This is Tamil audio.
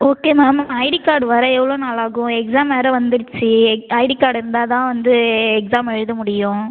ஓகே மேம் ஐடி கார்ட் வர எவ்வளோ நாள் ஆகும் எக்ஸாம் வேறு வந்துருச்சு ஐடி கார்ட் இருந்தால் தான் வந்து எக்ஸாம் எழுத முடியும்